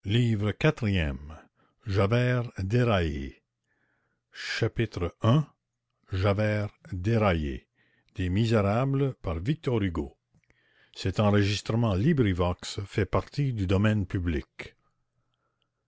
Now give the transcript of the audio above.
déraillé chapitre i javert déraillé